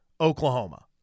Oklahoma